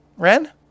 Ren